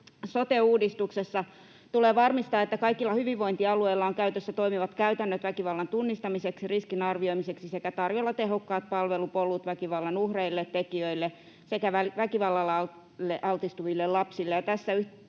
Sote-uudistuksessa tulee varmistaa, että kaikilla hyvinvointialueilla on käytössä toimivat käytännöt väkivallan tunnistamiseksi, riskin arvioimiseksi sekä tarjolla tehokkaat palvelupolut väkivallan uhreille, tekijöille sekä väkivallalle altistuville lapsille.